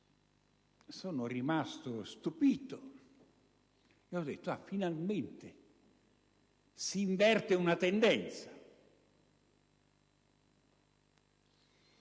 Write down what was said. sono rimasto stupito e ho ritenuto che finalmente si invertisse una tendenza.